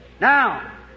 Now